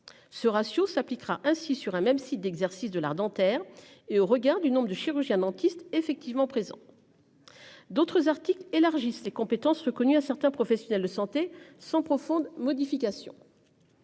Ce ratio s'appliquera ainsi sur un même site d'exercice de l'art dentaire et au regard du nombre de chirurgiens dentistes effectivement présents. D'autres articles élargit ses compétences reconnues à certains professionnels de santé sans profondes modification.